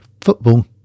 football